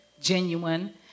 genuine